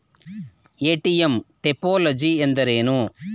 ATM topology ಎಂದರೇನು?